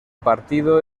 partido